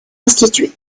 institué